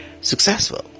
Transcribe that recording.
successful